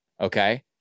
Okay